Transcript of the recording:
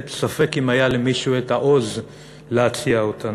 ספק אם היה למישהו העוז להציע אותן.